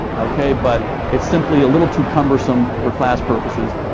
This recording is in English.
okay, but it's simply a little too cumbersome for class purposes.